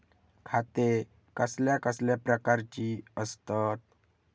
खाते कसल्या कसल्या प्रकारची असतत?